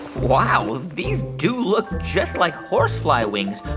wow. these do look just like horsefly wings.